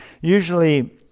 usually